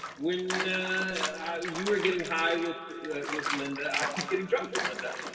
when you were getting high with with linda i was getting drunk with linda.